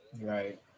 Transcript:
Right